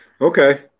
Okay